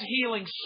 healing